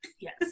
Yes